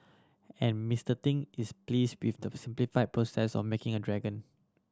and Mister Ting is pleased with the simplified process of making a dragon